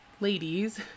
ladies